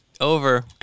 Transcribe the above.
over